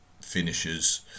finishes